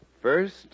First